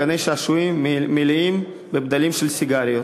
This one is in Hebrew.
גני-שעשועים מלאים בבדלי סיגריות.